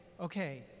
okay